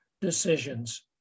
decisions